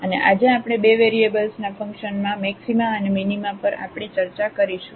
અને આજે આપણે બે વેરીએબલ્સના ફંક્શન્સના મેક્સિમા અને મિનિમા પર આપણી ચર્ચા કરીશું